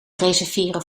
reserveren